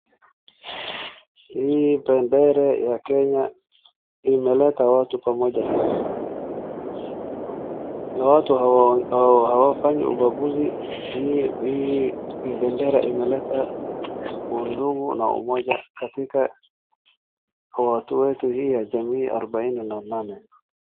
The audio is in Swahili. Hii bendera ya Kenya imeleta watu pamoja sana. Na watu hawa-hawafanyi ubaguzi. Hii, hii bendera imeleta undugu na umoja katika watu wetu hii ya jamii arubaini na nane.